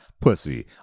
Pussy